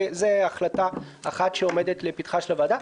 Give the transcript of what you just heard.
וזאת החלטה אחת שעומדת לפתחה של הוועדה,